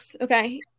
Okay